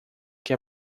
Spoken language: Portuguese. que